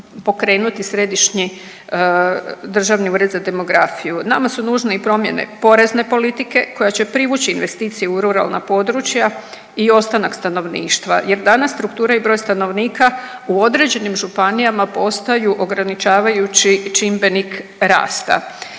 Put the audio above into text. pokrenuti Središnji državni ured za demografiju. Nama su nužne i promjene porezne politike koja će privući investicije u ruralna područja i ostanak stanovništva jer danas struktura i broj stanovnika u određenim županijama postaju ograničavajući čimbenik rasta.